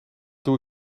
doe